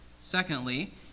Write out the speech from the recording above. Secondly